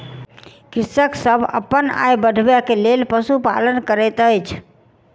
कृषक सभ अपन आय बढ़बै के लेल पशुपालन करैत अछि